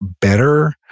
better